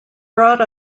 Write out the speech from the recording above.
brought